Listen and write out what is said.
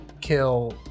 kill